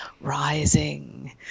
rising